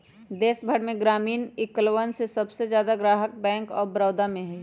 देश भर में ग्रामीण इलकवन के सबसे ज्यादा ग्राहक बैंक आफ बडौदा में हई